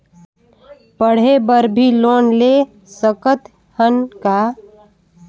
पढ़े बर भी लोन ले सकत हन का?